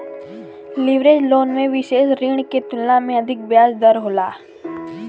leverage loan में विसेष ऋण के तुलना में अधिक ब्याज दर होला